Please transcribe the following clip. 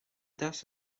dis